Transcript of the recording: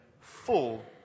full